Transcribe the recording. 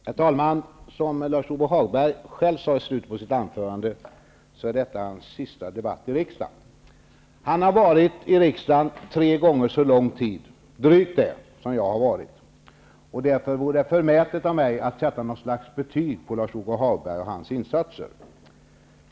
Herr talman! Som Lars-Ove Hagberg själv sade i slutet på sitt anförande är detta hans sista debatt i riksdagen. Han har varit i riksdagen drygt tre gånger så lång tid som jag, och därför vore det förmätet av mig att sätta något slags betyg på Lars Ove Hagberg och hans insatser.